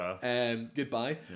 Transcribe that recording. goodbye